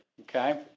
Okay